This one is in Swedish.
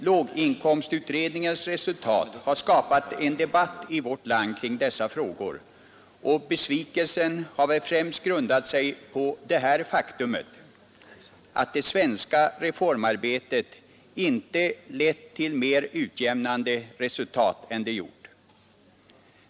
Låginkomstutredningens resultat har skapat en debatt i vårt land kring dessa frågor, och besvikelsen har väl främst grundat sig på det faktum att det svenska reformarbetet inte lett till mer utjämnande resultat än det gjort.